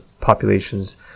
populations